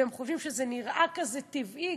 והם חושבים שזה נראה כזה טבעי,